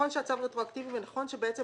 שהצו רטרואקטיבי ונכון שבעצם